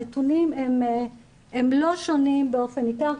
הנתונים הם לא שונים באופן ניכר,